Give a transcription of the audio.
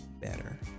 better